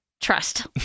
trust